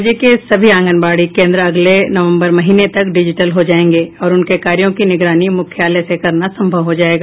राज्य के सभी आंगनबाड़ी केन्द्र अगले नवम्बर महीने तक डिजिटल हो जायेंगे और उनके कार्यो की निगरानी मुख्यालय से करना संभव हो जायेगा